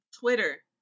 Twitter